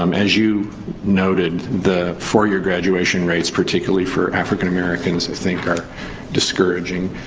um as you noted, the four-year graduation rates, particularly for african americans, i think, are discouraging.